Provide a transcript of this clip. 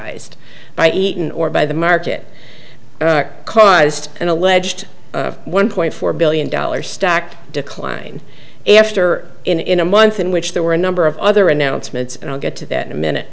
monetized by eaton or by the market caused an alleged one point four billion dollars stacked decline after in a month in which there were a number of other announcements and i'll get to that in a minute